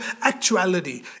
actuality